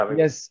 yes